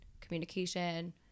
communication